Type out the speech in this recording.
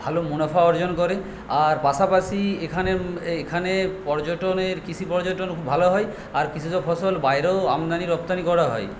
ভালো মুনাফা অর্জন করে আর পাশাপাশি এখানের এখানে পর্যটনের কৃষি পর্যটন খুব ভালো হয় আর কৃষিজ ফসল বাইরেও আমদানি রপ্তানি করা হয়